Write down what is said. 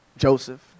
Joseph